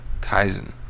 kaizen